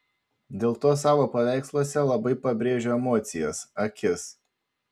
dėl to savo paveiksluose labai pabrėžiu emocijas akis